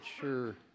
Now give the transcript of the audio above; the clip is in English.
sure